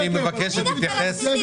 אני מבקש שתתייחס --- אחר כך מוציאים